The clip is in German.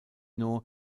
durch